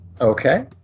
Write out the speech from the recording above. Okay